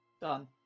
Done